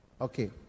Okay